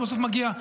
הוא בסוף מגיע,